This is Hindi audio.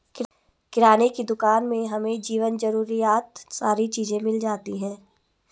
किराने की दुकान में हमें जीवन जरूरियात सारी चीज़े मिल जाती है